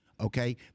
Okay